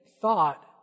thought